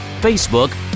Facebook